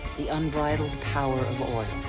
the unbridled power of oil.